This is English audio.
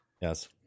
Yes